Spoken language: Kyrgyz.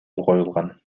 коюлган